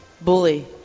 Bully